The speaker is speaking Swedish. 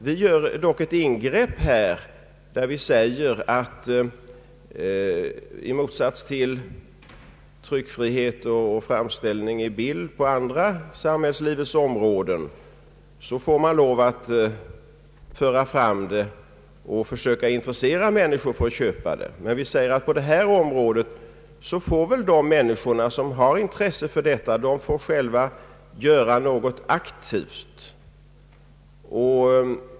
Vi gör dock ett ingrepp här, när vi säger — i motsats till vad som gäller tryck och framställning i bild på andra samhällslivets områden — att man får lov att föra fram det och försöka intressera människor för att köpa det, men de människor som har intres se för detta måste själva göra något aktivt.